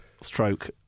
Stroke